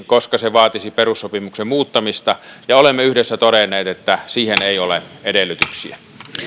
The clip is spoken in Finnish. koska se vaatisi perussopimuksen muuttamista ja olemme yhdessä todenneet että siihen ei ole edellytyksiä